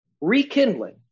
rekindling